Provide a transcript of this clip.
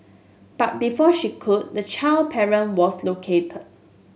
but before she could the child parent was located